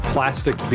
Plastic